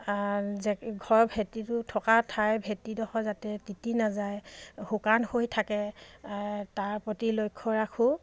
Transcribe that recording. ঘৰৰ ভেটিটো থকা ঠাই ভেটিডোখৰ যাতে তিতি নাযায় শুকান হৈ থাকে তাৰ প্ৰতি লক্ষ্য ৰাখোঁ